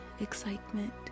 excitement